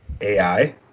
AI